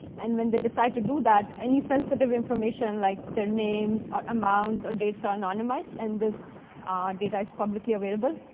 and when they decide to do that, any sensitive information like their names or amounts or dates are anonymous, and this data is publicly available.